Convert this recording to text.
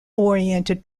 oriented